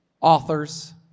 authors